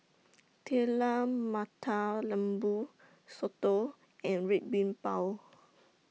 Telur Mata Lembu Soto and Red Bean Bao